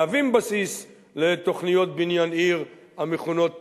מהווים בסיס לתוכניות בניין עיר המכונות תב"עות,